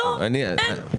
לא קיבלנו אותה.